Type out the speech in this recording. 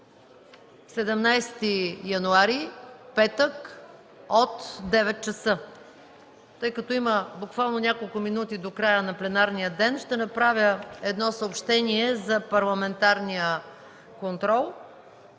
17 януари, петък от 9,00 ч. Тъй като има няколко минути до края на пленарния ден, ще направя съобщение за парламентарния контрол,